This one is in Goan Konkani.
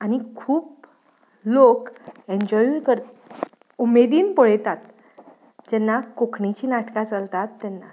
आनी खूब लोक एन्जॉयूय करता उमेदीन पळयतात जेन्ना कोंकणीचीं नाटकां चलतात तेन्ना